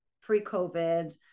pre-COVID